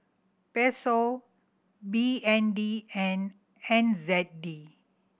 Peso B N D and N Z D